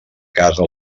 casa